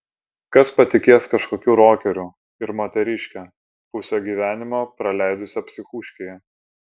kas patikės kažkokiu rokeriu ir moteriške pusę gyvenimo praleidusia psichuškėje